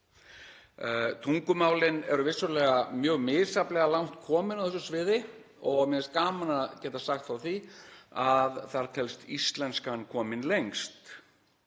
Tungumálin eru vissulega mjög misjafnlega langt komin á þessu sviði og mér finnst gaman að geta sagt frá því að þar telst íslenskan komin lengst.